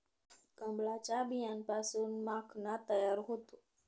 कमळाच्या बियांपासून माखणा तयार होतो